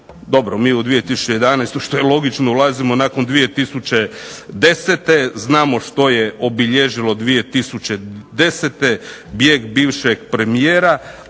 dobro u 2011. što je logično ulazimo nakon 2010. Znamo što je obilježilo 2010. bijeg bivšeg premijera.